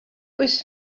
was